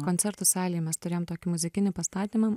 koncertų salėj mes turėjom tokį muzikinį pastatymą